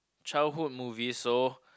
childhood movie so